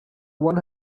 one